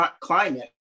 climate